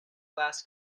class